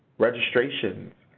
registrations.